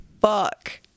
Fuck